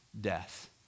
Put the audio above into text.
death